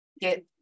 get